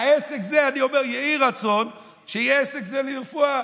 אני אומר: יהי רצון שיהיה עסק זה לרפואה.